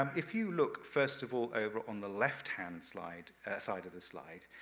um if you look, first of all, over on the left-hand slide side of the slide,